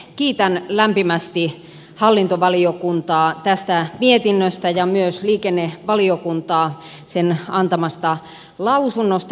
kiitän lämpimästi hallintovaliokuntaa tästä mietinnöstä ja myös liikennevaliokuntaa sen antamasta lausunnosta